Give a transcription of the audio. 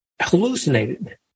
hallucinated